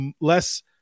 less